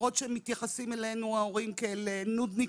למרות שמתייחסים אלינו ההורים כנודניקים,